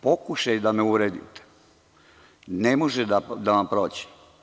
Pokušaj da me uvredite ne može da vam prođe.